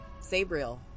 Sabriel